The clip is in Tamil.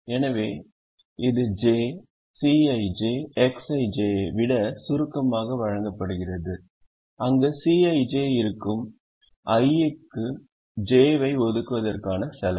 எனவே இது j Cij Xij ஐ விட சுருக்கமாக வழங்கப்படுகிறது அங்கு Cij இருக்கும் i க்கு j ஐ ஒதுக்குவதற்கான செலவு